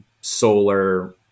solar